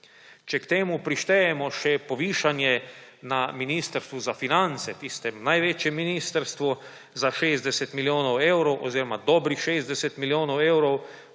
Če k temu prištejemo še povišanje na Ministrstvu za finance, tistem največjem ministrstvu, za 60 milijonov evrov oziroma dobrih 60 milijonov evrov,